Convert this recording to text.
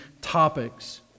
topics